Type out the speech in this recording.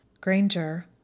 Granger